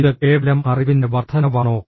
ഇത് കേവലം അറിവിന്റെ വർദ്ധനവാണോ